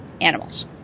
animals